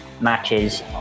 matches